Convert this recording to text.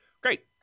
Great